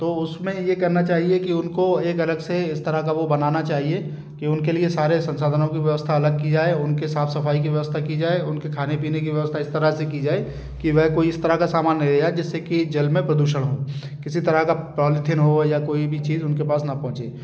तो उस में ये करना चाहिए कि उनको एक अलग से इस तरह का वो बनाना चाहिए कि उनके लिए सारे संसाधनों की व्यवस्था अलग की जाए उनके साफ़ सफ़ाई की व्यवस्था की जाए उनके खाने पाने की व्यवस्था इस तरह से की जाए कि वे कोई इस तरह का सामान ना ले जाएं जिससे कि जल में प्रदूषण हो किसी तरह का पॉलीथीन हो या कोई भी चीज़ उनके पास ना पहुंचे